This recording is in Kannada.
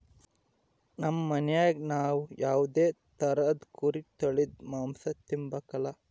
ನಮ್ ಮನ್ಯಾಗ ನಾವ್ ಯಾವ್ದೇ ತರುದ್ ಕುರಿ ತಳೀದು ಮಾಂಸ ತಿಂಬಕಲ